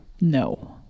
no